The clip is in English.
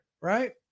Right